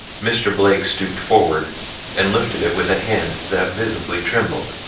mr. blake stooped forward and lifted it with a hand that visibly trembled.